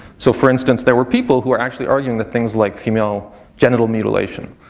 so for instance, there were people who were actually arguing that things like female genital mutilation